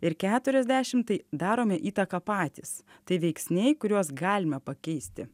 ir keturiasdešimtai darome įtaką patys tai veiksniai kuriuos galime pakeisti